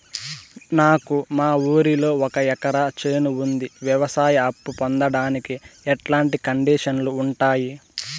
నాకు మా ఊరిలో ఒక ఎకరా చేను ఉంది, వ్యవసాయ అప్ఫు పొందడానికి ఎట్లాంటి కండిషన్లు ఉంటాయి?